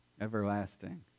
everlasting